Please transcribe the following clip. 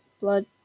Blood